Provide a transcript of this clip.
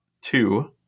two